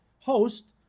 host